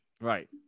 Right